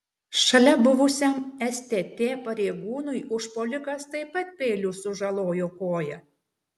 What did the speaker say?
šalia buvusiam stt pareigūnui užpuolikas taip pat peiliu sužalojo koją